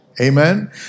Amen